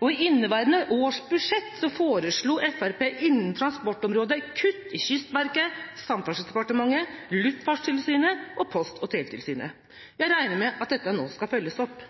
og i inneværende års budsjett foreslo Fremskrittspartiet innen transportområdet kutt i Kystverket, Samferdselsdepartementet, Luftfartstilsynet og Post- og teletilsynet. Jeg regner med at dette nå skal følges opp.